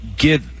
get